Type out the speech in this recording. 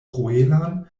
kruelan